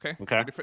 okay